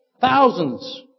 thousands